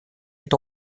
est